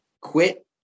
Quit